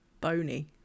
Bony